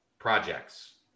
projects